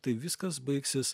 tai viskas baigsis